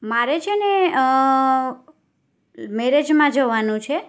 મારે છેને મેરેજમાં જવાનું છે